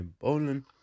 Bowling